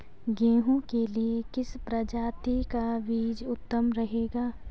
गेहूँ के लिए किस प्रजाति का बीज उत्तम रहेगा?